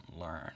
learn